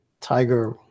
Tiger